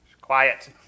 Quiet